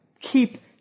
keep